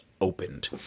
opened